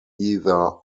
either